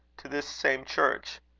to this same church.